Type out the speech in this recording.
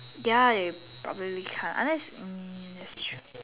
ya it probably can't unless um it's true